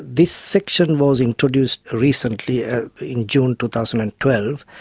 this section was introduced recently ah in june two thousand and twelve.